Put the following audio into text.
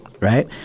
right